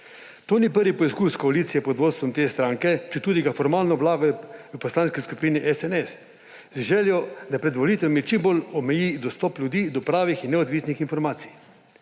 To ni prvi poizkus koalicije pod vodstvom te stranke – četudi ga formalno vlagajo v Poslanski skupini SNS – z željo, da pred volitvami čim bolj omeji dostop ljudi do pravih in neodvisnih informacij.